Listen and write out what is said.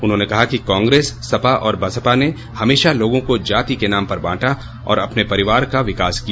उन्होंने कहा कि कांग्रेस सपा और बसपा ने हमेशा लोगों को जाति के नाम पर बांटा और अपने परिवार का विकास किया